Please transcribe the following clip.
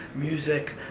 music,